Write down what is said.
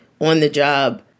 on-the-job